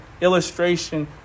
illustration